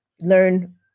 learn